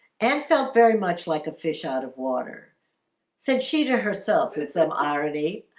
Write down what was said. and felt very much like a fish out of water said she to herself with some irony.